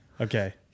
Okay